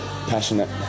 Passionate